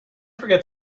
forget